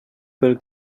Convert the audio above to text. pel